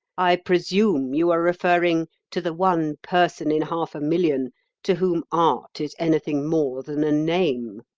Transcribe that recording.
i presume you are referring to the one person in half a million to whom art is anything more than a name.